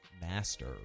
master